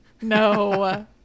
no